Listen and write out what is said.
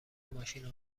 ماشین